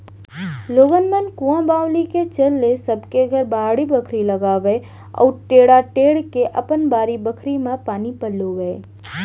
लोगन मन कुंआ बावली के चल ले सब के घर बाड़ी बखरी लगावय अउ टेड़ा टेंड़ के अपन बारी बखरी म पानी पलोवय